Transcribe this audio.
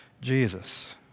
Jesus